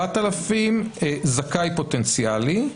4,000 זכאי פוטנציאלי,